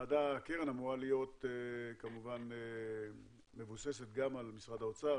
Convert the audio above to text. הקרן אמורה להיות כמובן מבוססת גם על משרד האוצר,